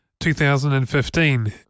2015